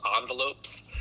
envelopes